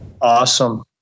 Awesome